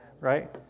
right